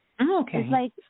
Okay